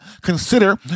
consider